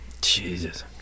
Jesus